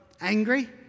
angry